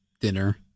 dinner